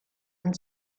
and